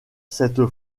cette